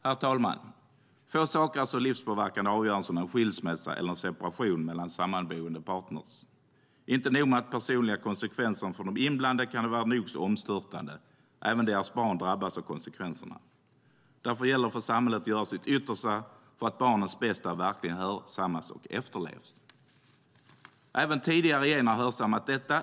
Herr talman! Få saker är som livspåverkande och avgörande som en skilsmässa eller separation mellan sammanboende partners. Inte nog med att de personliga konsekvenserna för de inblandade parterna kan vara nog så omstörtande, utan även deras barn drabbas av konsekvenserna. Därför gäller det för samhället att göra sitt yttersta för att barnens bästa verkligen hörsammas och efterlevs. Även tidigare regeringar har hörsammat detta.